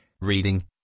Reading